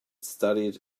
studied